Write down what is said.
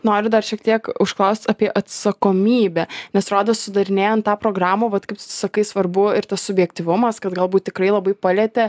noriu dar šiek tiek užklaust apie atsakomybę nes rodos sudarinėjant tą programą vat kaip tu sakai svarbu ir tas subjektyvumas kad galbūt tikrai labai palietė